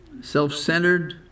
self-centered